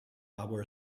our